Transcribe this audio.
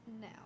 Now